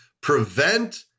prevent